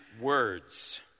words